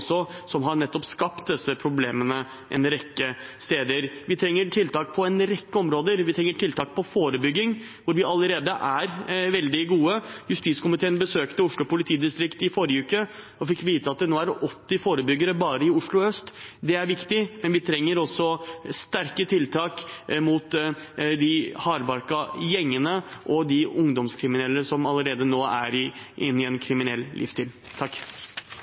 som har skapt nettopp disse problemene en rekke steder. Vi trenger tiltak på en rekke områder. Vi trenger tiltak innen forebygging, hvor vi allerede er veldig gode. Justiskomiteen besøkte Oslo politidistrikt i forrige uke og fikk vite at det nå er 80 forebyggere bare i Oslo øst. Det er viktig, men vi trenger også sterke tiltak mot de hardbarkede gjengene og de ungdomskriminelle som allerede nå er inne i en kriminell